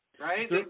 Right